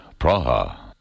Praha